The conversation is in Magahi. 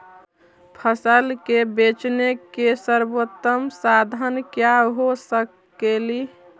फसल के बेचने के सरबोतम साधन क्या हो सकेली?